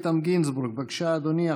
חבר הכנסת איתן גינזבורג, בבקשה, אדוני.